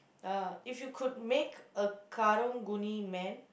uh if you could make a Karang-Guni man